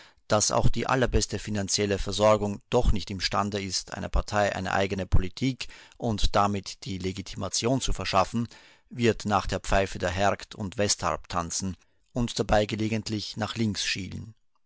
daß auch die allerbeste finanzielle versorgung doch nicht imstande ist einer partei eine eigene politik und damit die legitimation zu verschaffen wird nach der pfeife der hergt und westarp tanzen und dabei gelegentlich nach links schielen